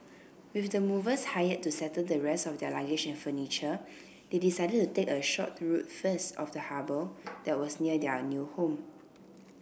with the movers hired to settle the rest of their luggage and furniture they decided to take a short tour first of the harbour that was near their new home